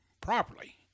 properly